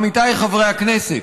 עמיתיי חברי הכנסת,